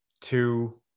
two